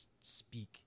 speak